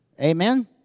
Amen